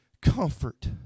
comfort